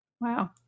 Wow